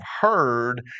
heard